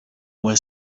were